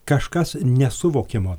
kažkas nesuvokiamo